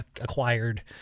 acquired